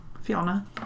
Fiona